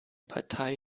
partei